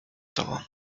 tobą